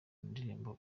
ndirimbo